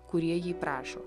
kurie jį prašo